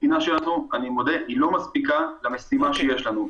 אני מודה היא לא מספיקה למשימה שיש לנו.